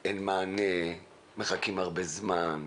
נאמר שאין מענה, מחכים הרבה זמן,